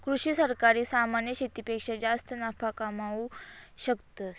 कृषि सहकारी सामान्य शेतीपेक्षा जास्त नफा कमावू शकस